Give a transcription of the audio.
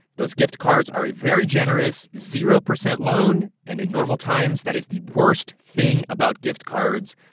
those gift cards are a very generous zero percent loan. and in normal times, that is the worst thing about gift cards,